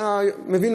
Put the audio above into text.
אתה מבין,